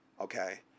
Okay